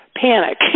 panic